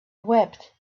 wept